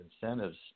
incentives